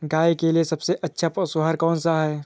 गाय के लिए सबसे अच्छा पशु आहार कौन सा है?